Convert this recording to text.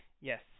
Yes